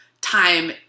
Time